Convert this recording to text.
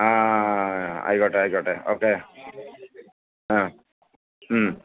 ആ ആയിക്കോട്ടെ ആയിക്കോട്ടെ ഓക്കെ ആ